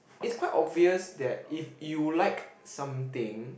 is quite obvious that if you would like something